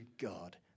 God